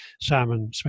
salmon